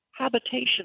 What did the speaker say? habitation